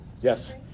Yes